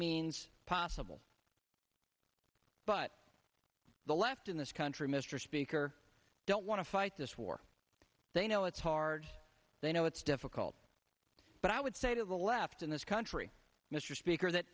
means possible but the left in this country mr speaker don't want to fight this war they know it's hard they know it's difficult but i would say to the left in this country mr speaker that